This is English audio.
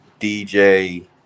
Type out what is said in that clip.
DJ